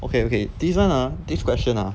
okay okay this one ah this question ah